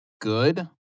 good